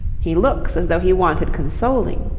he looks as though he wanted consoling.